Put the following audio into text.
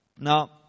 Now